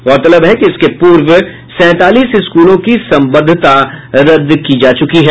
गौरतलब है कि इसके पूर्व सैंतालीस स्कूलों की संबद्धता रद्द की जा चुकी है